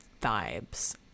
vibes